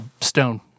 Stone